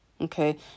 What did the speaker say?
Okay